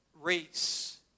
race